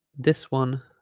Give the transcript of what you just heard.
this one